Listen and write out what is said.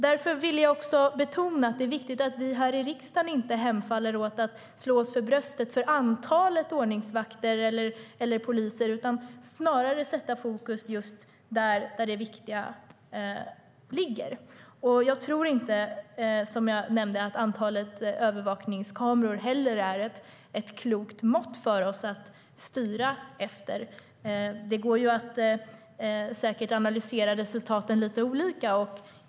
Därför vill jag också betona att det är viktigt att vi här i riksdagen inte hemfaller åt att slå oss för bröstet över antalet ordningsvakter eller poliser, utan snarare sätter fokus just på det som är viktigt. Som jag nämnde tror jag inte heller att antalet övervakningskameror är ett klokt mått för oss att styra efter. Det går säkert att analysera resultaten lite olika.